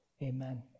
Amen